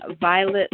violet